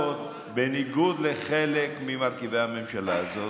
באנו לעבוד, בניגוד לחלק ממרכיבי הממשלה הזאת,